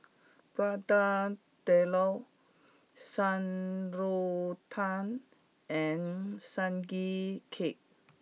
Prata Telur Shan Rui Tang and sugee cake